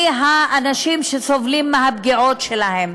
מהאנשים שסובלים מהפגיעות שלהם.